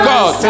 God